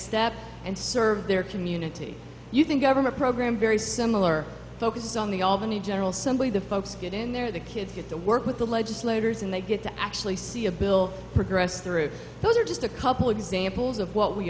step and serve their community you think government program very similar focus on the albany general simply the folks get in there the kids get to work with the legislators and they get to actually see a bill progress through those are just a couple examples of what we